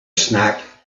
snack